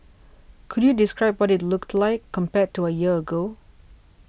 could you describe what it looked like compared to a year ago